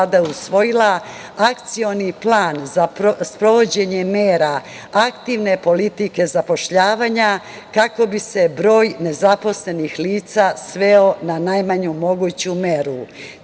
je usvojila Akcioni plan za sprovođenje mera aktivne politike zapošljavanja kako bi se broj nezaposlenih lica sveo na najmanju moguću meru.